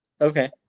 Okay